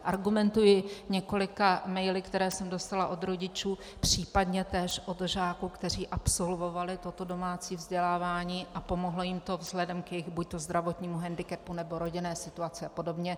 Argumentuji několika maily, které jsem dostala od rodičů, případně též od žáků, kteří absolvovali toto domácí vzdělávání, a pomohlo jim to vzhledem k jejich buď zdravotnímu hendikepu nebo rodinné situaci apod.